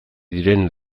diren